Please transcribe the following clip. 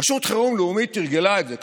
רשות חירום לאומית תרגלה את זה.